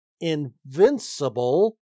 invincible